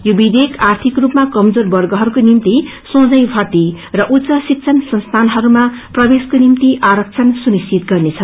यो विधेयक आर्थिक स्रूपमा कमजोर वर्गहरूको निम्ति सोझै भर्ती र उच्च शिक्षण संस्थानहरूमा प्रवेशको निम्दि आरक्षण सुनिश्चित गर्नेछ